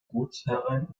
gutsherren